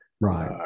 right